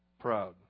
proud